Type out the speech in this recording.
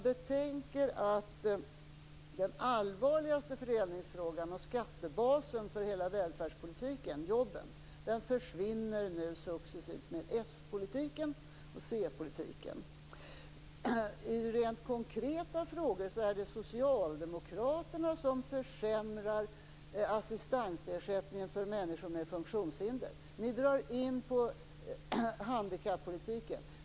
Det viktigaste för hela välfärdspolitiken, skattebasen, försvinner nu successivt med s-politiken och c-politiken. I rent konkreta frågor är det socialdemokraterna som försämrar assistentersättningen för människor med funktionshinder. Ni drar in på de handikappade.